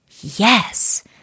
yes